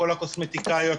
כל הקוסמטיקאיות,